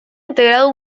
integrado